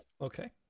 okay